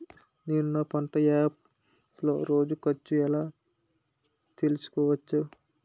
నేను నా పంట యాప్ లో రోజు ఖర్చు ఎలా తెల్సుకోవచ్చు?